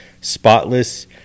spotless